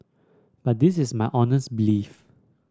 but this is my honest belief